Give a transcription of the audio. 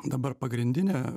dabar pagrindinė